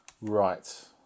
Right